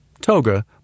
Toga